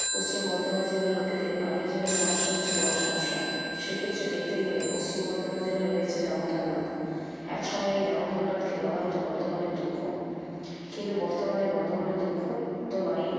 পশ্চিম বর্ধমান জেলার লোকেদের পানীয় জলের সমস্যা হচ্ছে বড় সমস্যা সেক্ষেত্রে দেখতে গেলে পশ্চিম বর্ধমান জেলায় রয়েছে দামোদর নদ এক সময় এই দামোদর নদকে বলা হত বর্ধমানের দুঃখ কিন্তু বর্তমানে বর্ধমানের দুঃখ তো নয়ই